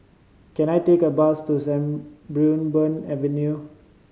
can I take a bus to Sarimbun Avenue